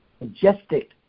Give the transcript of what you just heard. majestic